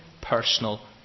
personal